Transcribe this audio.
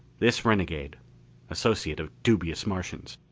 this renegade associate of dubious martians,